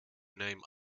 name